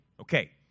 Okay